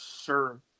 sure